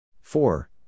Four